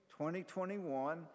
2021